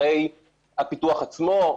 אחרי הפיתוח עצמו,